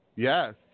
Yes